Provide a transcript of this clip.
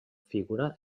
figura